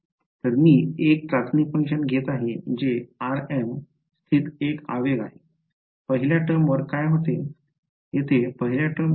तर मी एक चाचणी फंक्शन घेत आहे जे rm स्थित एक आवेग आहे पहिल्या टर्मवर काय होते येथे पहिल्या टर्मवर